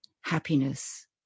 happiness